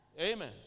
Amen